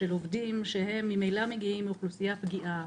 של עובדים שממילא מגיעים מאוכלוסייה פגיעה,